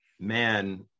man